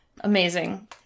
Amazing